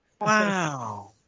Wow